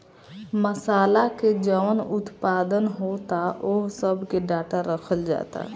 मासाला के जवन उत्पादन होता ओह सब के डाटा रखल जाता